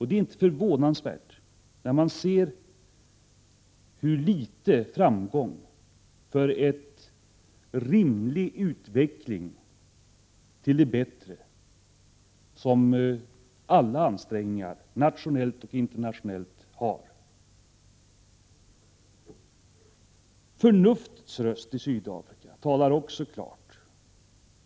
Det är inte förvånansvärt, när man ser hur föga framgångsrika alla nationella och internationella ansträngningar är att få till stånd en utveckling till det bättre. Förnuftets röst talar emellertid klart också i Sydafrika.